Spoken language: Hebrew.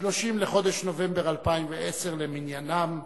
30 בחודש נובמבר 2010 למניינם,